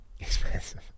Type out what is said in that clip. Expensive